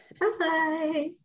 Bye